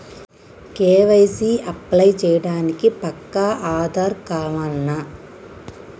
KYC apply చేయనీకి పక్కా ఆధార్ కావాల్నా?